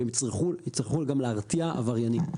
והם יצטרכו גם להרתיע עבריינים.